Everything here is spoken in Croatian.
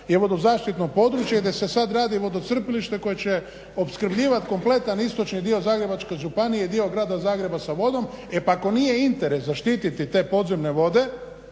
je vodo zaštitno područje gdje se sad radi vodocrpilište koje će opskrbljivat kompletan istočni dio Zagrebačke županije, dio grada Zagreba sa vodom. E pa ako nije interes zaštititi te podzemne vode